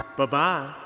Bye-bye